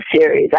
series